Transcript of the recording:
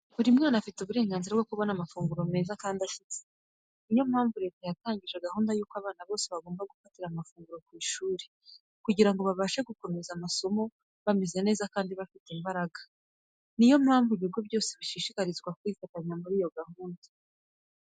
Buri mwana afite uburenganzira bwo kubona amafunguro meza kandi ashyitse. Ni yo mpamvu leta yatangije gahunda ko abana bose bagomba gufatira amafunguro ku ishuri kugira ngo babashe gukomeza amasomo bameze neza kandi bafite imbaraga. Ni yo mpamvu ibigo byose bishishikarizwa kwifitanya muri iyo gahunda.